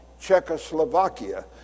Czechoslovakia